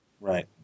Right